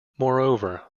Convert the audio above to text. moreover